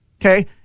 Okay